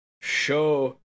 show